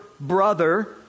brother